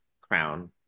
crown